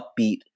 upbeat